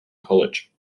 college